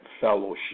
fellowship